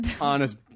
honest